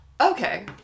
Okay